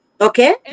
Okay